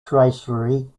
tracery